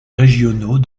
régionaux